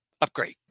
upgrade